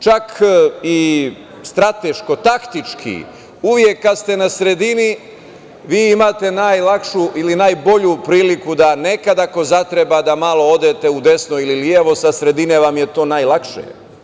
Čak i strateško-taktički uvek kada ste na sredini vi imate najlakšu ili najbolju priliku da nekad, ako zatreba, malo odete u desno ili levo, sa sredine vam je to najlakše.